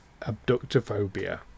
abductophobia